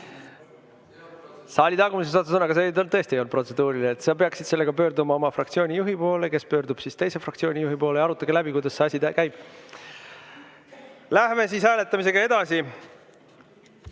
Saali tagumises otsas on. Aga see tõesti ei olnud protseduuriline. Sa peaksid sellega pöörduma oma fraktsiooni juhi poole, kes pöördub teise fraktsiooni juhi poole ja arutage läbi, kuidas see asi käib. Lähme hääletamisega edasi.